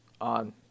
on